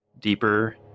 deeper